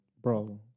Bro